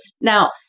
Now